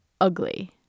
ugly